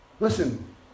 Listen